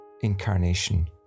incarnation